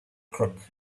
crook